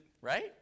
Right